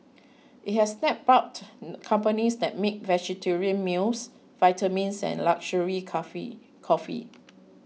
it has snapped up companies that make vegetarian meals vitamins and luxury cafe coffee